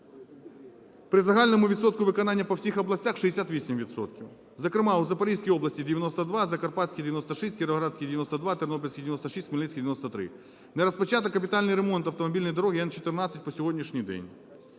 При загальному відсотку виконання по всіх областях – 68 відсотків. Зокрема, у Запорізькій області – 92, в Закарпатській – 96, в Кіровоградській – 92, в Тернопільській – 96, в Хмельницькій – 93. Не розпочато капітальний ремонт автомобільної дороги Н-14 по сьогоднішній день.